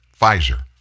Pfizer